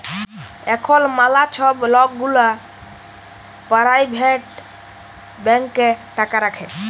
এখল ম্যালা ছব লক গুলা পারাইভেট ব্যাংকে টাকা রাখে